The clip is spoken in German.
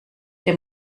dem